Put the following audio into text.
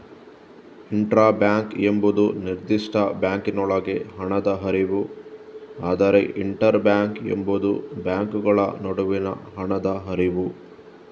intra bank ಎಂಬುದು ನಿರ್ದಿಷ್ಟ ಬ್ಯಾಂಕಿನೊಳಗೆ ಹಣದ ಹರಿವು, ಆದರೆ ಇಂಟರ್ ಬ್ಯಾಂಕ್ ಎಂಬುದು ಬ್ಯಾಂಕುಗಳ ನಡುವಿನ ಹಣದ ಹರಿವು